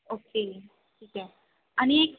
okay ठीक आहे आणि